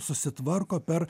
susitvarko per